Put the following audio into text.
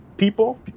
People